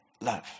love